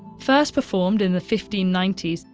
first performed in the fifteen ninety s,